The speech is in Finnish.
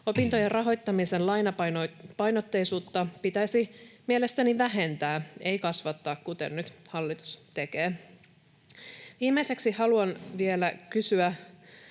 Opintojen rahoittamisen lainapainotteisuutta pitäisi mielestäni vähentää, ei kasvattaa, kuten nyt hallitus tekee. Viimeiseksi haluan vielä kysyä